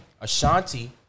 Ashanti